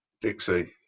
Dixie